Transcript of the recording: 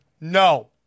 no